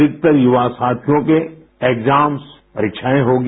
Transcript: अधिकतर युवा साथियों के एग्जाम्स परिक्षाए होंगी